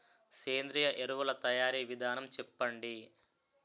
సేంద్రీయ ఎరువుల తయారీ విధానం చెప్పండి?